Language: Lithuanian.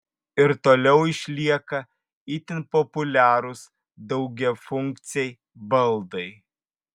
ir toliau išlieka itin populiarūs daugiafunkciai baldai